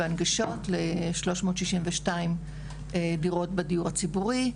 בהנגשות ל-362 דירות בדיור הציבורי.